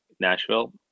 Nashville